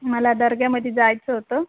मला दर्ग्यामध्ये जायचं होतं